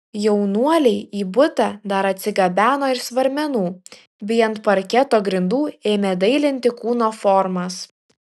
jaunuoliai į butą dar atsigabeno ir svarmenų bei ant parketo grindų ėmė dailinti kūno formas